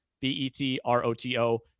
B-E-T-R-O-T-O